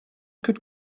could